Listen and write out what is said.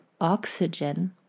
oxygen